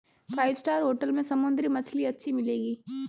five star hotel में समुद्री मछली अच्छी मिलेंगी